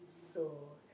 so